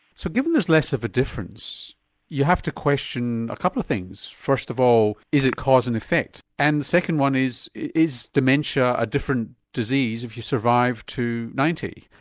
so given there's less of a difference you have to question a couple of things. first of all is it cause and effect, and the second one, is is dementia a different disease if you survive to ninety?